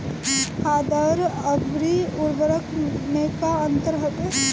खादर अवरी उर्वरक मैं का अंतर हवे?